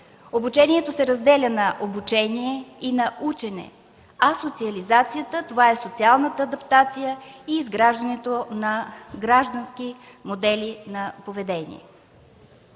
обучението се разделя на обучение и на учене, а социализацията – това е социалната адаптация и изграждането на граждански модели на поведение.